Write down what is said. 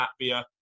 Latvia